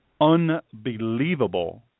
unbelievable